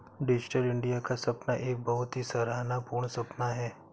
digital India का सपना एक बहुत ही सराहना पूर्ण सपना है